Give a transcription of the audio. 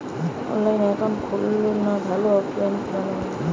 অনলাইনে একাউন্ট খুললে ভালো না অফলাইনে খুললে ভালো?